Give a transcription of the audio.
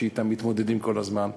שאתן מתמודדים כל הזמן,